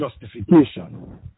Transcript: justification